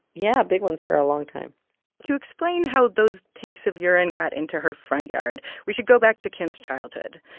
yeah, big ones for a long time to explain how those tanks of urine got into her front yard, we should go back to kim's childhood.